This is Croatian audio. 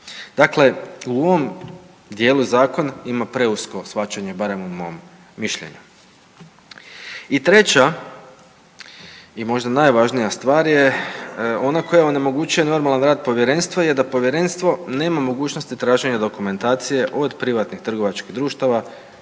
Dakle, u ovom dijelu Zakona ima preusko shvaćanje, barem u mom mišljenju. I treća i možda najvažnija stvar je ona koja onemogućuje normalan rad Povjerenstva je da Povjerenstvo nema mogućnosti traženja dokumentacije od privatnih trgovačkih društava,